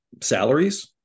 salaries